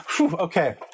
Okay